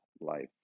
life